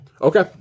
Okay